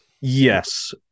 Yes